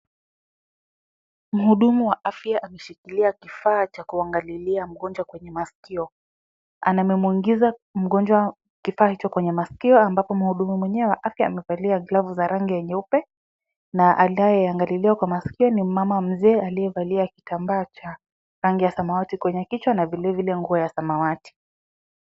Mhudumu wa afya ameshikilia kifaa cha kuangalilia mgonjwa kwenye masikio. Amemwingiza mgonjwa kifaa hicho kwenye masikio ambapo mhudumu mwenyewe wa afya amevalia glavu za rangi ya nyeupe, na anaye angalia kwa maskio ni mama mzee. Aliyevalia kitambaa cha rangi samawati kwenye kichwa na vilevile nguo ya rangi ya samawati.